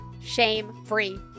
shame-free